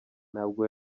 ntabwo